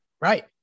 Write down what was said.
Right